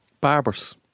Barbers